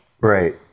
right